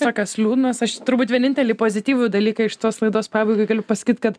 tokios liūdnos aš turbūt vienintelį pozityvų dalyką iš tos laidos pabaigai galiu pasakyt kad